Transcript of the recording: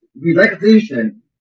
relaxation